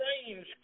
strange